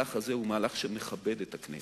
המהלך הזה הוא מהלך שמכבד את הכנסת.